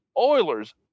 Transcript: Oilers